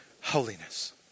holiness